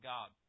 God